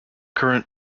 current